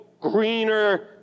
greener